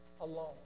alone